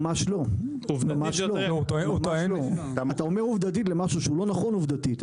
ממש לא, זה לא נכון עובדתית.